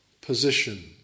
position